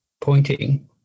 pointing